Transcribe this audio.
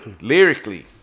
lyrically